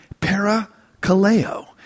parakaleo